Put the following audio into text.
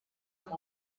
amb